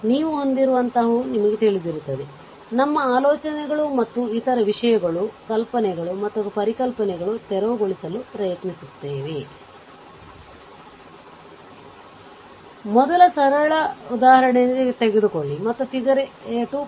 ನೀವು ಹೊಂದಿರುವಂತಹವು ನಿಮಗೆ ತಿಳಿದಿರುತ್ತದೆ ನಮ್ಮ ಆಲೋಚನೆಗಳು ಮತ್ತು ಇತರ ವಿಷಯಗಳು ಕಲ್ಪನೆಗಳು ಮತ್ತು ಪರಿಕಲ್ಪನೆಗಳು ತೆರವುಗೊಳಿಸಲು ಪ್ರಯತ್ನಿಸುತ್ತವೆ ಮೊದಲು ಸರಳ ಉದಾಹರಣೆಯನ್ನು ತೆಗೆದುಕೊಳ್ಳಿಮತ್ತು ಫಿಗರ್ 2